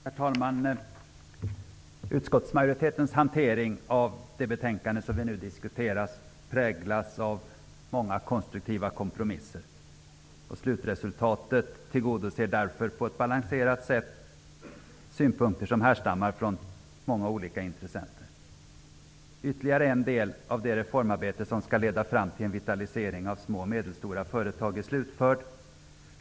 Herr talman! Utskottsmajoritetens hantering av det betänkande som vi nu diskuterar präglas av många konstruktiva kompromisser. Slutresultatet tillgodoser därför på ett balanserat sätt synpunkter som härstammar från många intressenter. Ytterligare en del av det reformarbete som skall leda fram till en vitalisering av små och medelstora företag är slutförd.